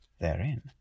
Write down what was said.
therein